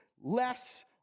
less